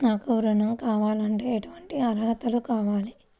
నాకు ఋణం కావాలంటే ఏటువంటి అర్హతలు కావాలి?